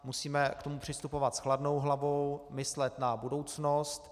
Musíme k tomu přistupovat s chladnou hlavou, myslet na budoucnost.